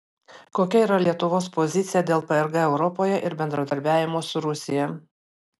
kokia yra lietuvos pozicija dėl prg europoje ir bendradarbiavimo su rusija